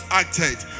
acted